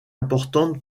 importantes